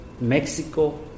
Mexico